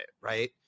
right